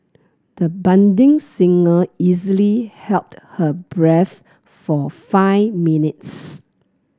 the budding singer easily held her breath for five minutes